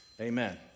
Amen